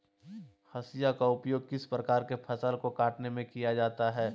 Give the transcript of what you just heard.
हाशिया का उपयोग किस प्रकार के फसल को कटने में किया जाता है?